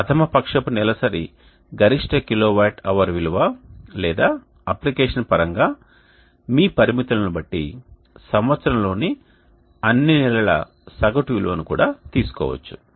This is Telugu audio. అధమ పక్షపు నెలసరి గరిష్ట కిలోవాట్ అవర్ విలువ లేదా అప్లికేషన్ పరంగా మీ పరిమితులను బట్టి సంవత్సరం లోని అన్ని నెలల సగటువిలువను కూడా తీసుకోవచ్చు